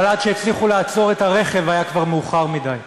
אבל עד שהצליחו לעצור את הרכב היה כבר מאוחר מדי.